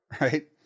right